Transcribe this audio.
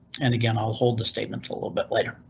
and again, i'll hold the statement a little bit later.